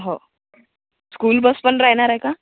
हो school bus पण राहणार आहे का